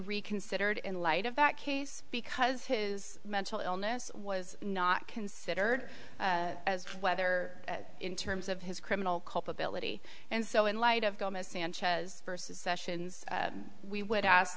reconsidered in light of that case because his mental illness was not considered as whether in terms of his criminal culpability and so in light of gomez sanchez versus sessions we would ask